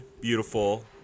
beautiful